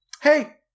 hey